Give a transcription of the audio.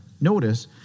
Notice